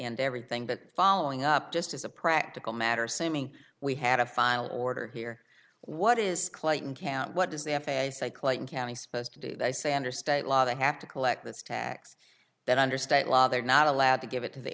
end everything but following up just as a practical matter assuming we had a file order here what is clayton county what does the f a say clayton county supposed to do they say under state law they have to collect this tax then under state law they're not allowed to give it to the